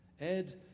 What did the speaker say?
Ed